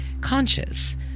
conscious